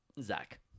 Zach